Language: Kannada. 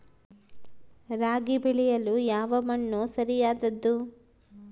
ರಾಗಿ ಬೆಳೆಯಲು ಯಾವ ಮಣ್ಣು ಸರಿಯಾದದ್ದು?